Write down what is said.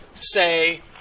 say